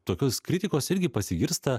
tokios kritikos irgi pasigirsta